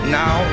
now